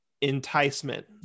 enticement